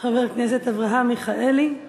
חבר הכנסת אברהם מיכאלי.